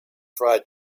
fried